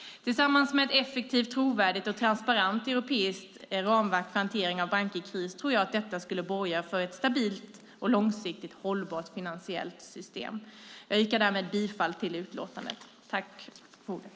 Tillsammans med ett effektivt, trovärdigt och transparent europeiskt ramverk för hantering av banker i kris tror jag att detta skulle borga för ett stabilt och långsiktigt hållbart finansiellt system. Jag yrkar därmed bifall till förslaget i utlåtandet.